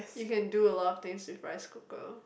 you can do a lot of things with rice cooker